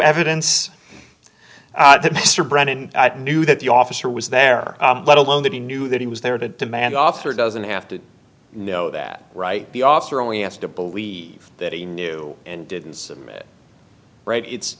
evidence mr brennan knew that the officer was there let alone that he knew that he was there to demand officer doesn't have to know that right the officer only has to believe that he knew and didn't submit right it's